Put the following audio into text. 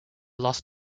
lost